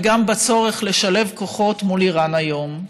על הצורך לשלב כוחות מול איראן היום.